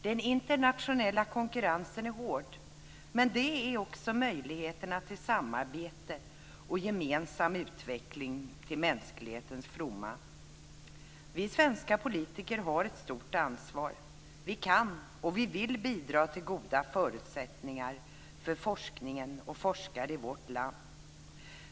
Den internationella konkurrensen är hård men det ges också möjligheter till samarbete och gemensam utveckling, till mänsklighetens fromma. Vi svenska politiker har ett stort ansvar. Vi kan, och vi vill, bidra till goda förutsättningar för forskningen och forskare i vårt land.